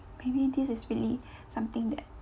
maybe this is really something that